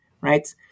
right